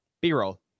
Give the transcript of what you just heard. B-roll